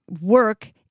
work